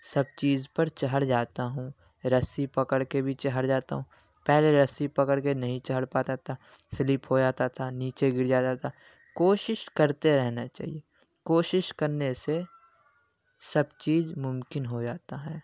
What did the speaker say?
سب چیز پر چڑھ جاتا ہوں رسی پکڑ کے بھی چڑھ جاتا ہوں پہلے رسی پکڑ کے نہیں چڑھ پاتا تھا سلپ ہو جاتا تھا نیچے گر جاتا تھا کوشش کرتے رہنا چاہیے کوشش کرنے سے سب چیز ممکن ہو جاتا ہے